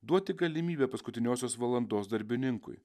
duoti galimybę paskutiniosios valandos darbininkui